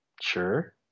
Sure